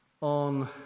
on